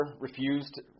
refused